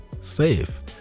safe